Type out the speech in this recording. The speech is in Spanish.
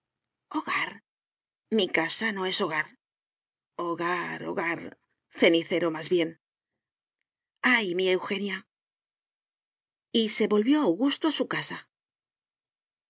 mi casa no es hogar hogar hogar cenicero más bien ay mi eugenia y se volvió augusto a su casa